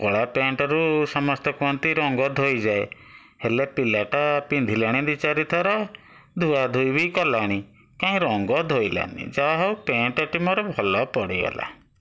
କଳା ପ୍ୟାଣ୍ଟରୁ ସମସ୍ତେ କୁହନ୍ତି ରଙ୍ଗ ଧୋଇଯାଏ ହେଲେ ପିଲାଟା ପିନ୍ଧିଲାଣି ଦୁଇ ଚାରିଥର ଧୁଆ ଧୁଇ ବି କଲାଣି କାହିଁ ରଙ୍ଗ ଧୋଇଲାନି ଯାହା ହଉ ପ୍ୟାଣ୍ଟଟି ମୋର ଭଲ ପଡ଼ିଗଲା